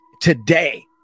today